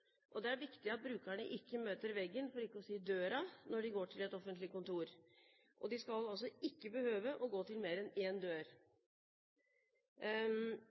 Det er viktig at brukerne ikke møter veggen, for ikke å si døren, når de går til et offentlig kontor. De skal ikke behøve å gå til mer enn